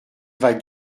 vas